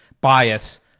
bias